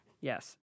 Yes